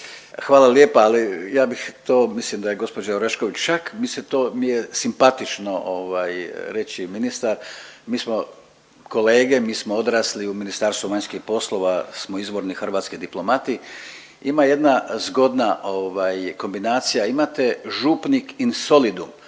Hvala lijepa ali ja bih to mislim da je gospođa Orešković čak, mislim to mi je simpatično ovaj reći ministar. Mi smo kolege, mi smo odrasli u Ministarstvu vanjskih poslova smo izvorni hrvatski diplomati. Ima jedna zgodna kombinacija, imate župnik in solidum.